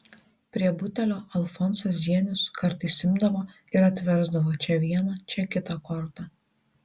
prie butelio alfonsas zienius kartais imdavo ir atversdavo čia vieną čia kitą kortą